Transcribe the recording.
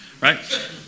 right